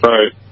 Right